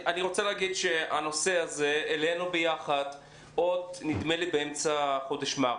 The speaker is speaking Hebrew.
אנחנו העלינו יחד את הנושא הזה באמצע חודש מרץ.